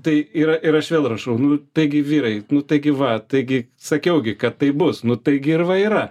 tai yra ir aš vėl rašau nu taigi vyrai nu tai gi va taigi sakiau gi kad tai bus nu taigi ir va yra